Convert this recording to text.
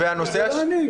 יש בכוח משרד החינוך,